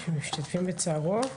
משתתפים בצערו,